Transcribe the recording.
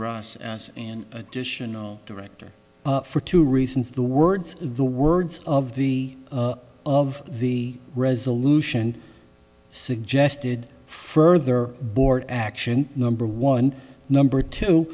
ross in additional director for two reasons the words the words of the of the resolution suggested further board action number one number two